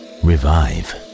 Revive